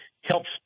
helps